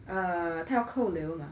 err 他要扣留嘛